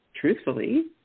truthfully